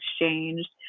exchanged